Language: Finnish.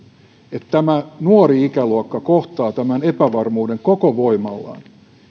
että nuori ikäluokka kohtaa tämän epävarmuuden koko voimallaan